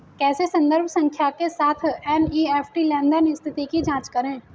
कैसे संदर्भ संख्या के साथ एन.ई.एफ.टी लेनदेन स्थिति की जांच करें?